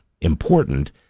important